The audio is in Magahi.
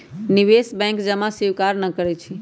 निवेश बैंक जमा स्वीकार न करइ छै